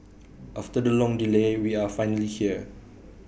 after the long delay we are finally here